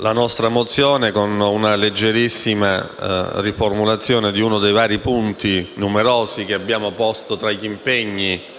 la nostra mozione con una leggerissima riformulazione di uno dei vari, numerosi punti che abbiamo posto tra gli impegni